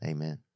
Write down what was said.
Amen